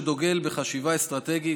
שדוגל בחשיבה אסטרטגית,